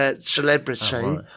celebrity